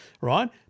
right